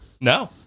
No